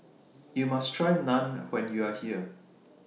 YOU must Try Naan when YOU Are here